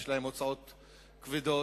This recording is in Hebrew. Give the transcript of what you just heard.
יש להם הוצאות כבדות,